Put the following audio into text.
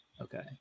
okay